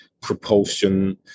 propulsion